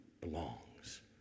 belongs